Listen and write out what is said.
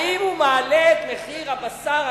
מעלה את מחיר הבשר הכשר.